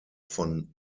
von